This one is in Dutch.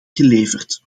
geleverd